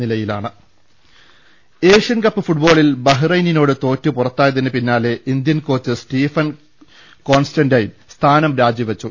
ലലലലലലലലലലലല Asian Cup ഫുട്ബോളിൽ ബഹ്റൈനിനോട് തോറ്റ് പുറത്തായതിന് പിന്നാലെ ഇന്ത്യൻ കോച്ച് സ്റ്റീഫൻ കോൺസ്റ്റ്റൈൻ സ്ഥാനം രാജിവെച്ചു